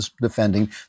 defending